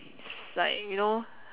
it's like you know